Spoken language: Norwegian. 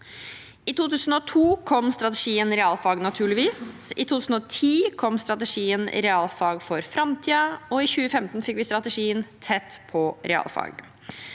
I 2002 kom strategien Realfag, naturligvis, i 2010 kom strategien Realfag for framtiden, og i 2015 fikk vi strategien Tett på realfag.